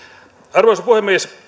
arvoisa puhemies